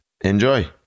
Enjoy